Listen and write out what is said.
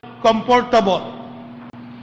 comfortable